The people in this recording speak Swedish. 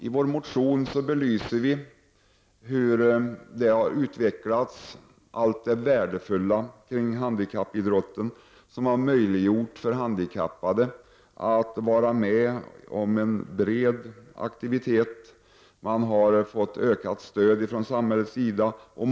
Vi belyser i vår motion hur den har utvecklats och allt det värdefulla i handikappidrotten som har möjliggjort för de handikappade att vara med i en bred aktivitet. De handikappade har fått ökat stöd från samhället.